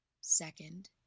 Second